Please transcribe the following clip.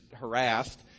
harassed